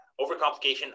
overcomplication